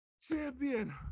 champion